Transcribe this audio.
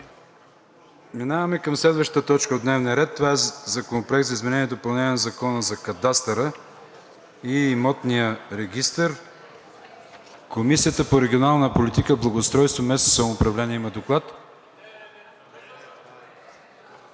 Преминаваме към следващата точка от дневния ред: Законопроект за изменение и допълнение на Закона за кадастъра и имотния регистър. Комисията по регионална политика, благоустройство и местно самоуправление има доклад.